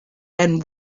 then